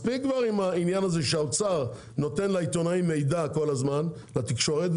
מספיק עם העניין הזה שהאוצר נותן כל הזמן מידע לעיתונאים ולתקשורת,